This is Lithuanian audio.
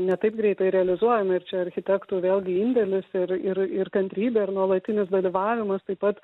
ne taip greitai realizuojami ir čia architektų vėlgi indėlis ir ir ir kantrybė ir nuolatinis dalyvavimas taip pat